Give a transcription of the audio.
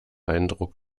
eindruck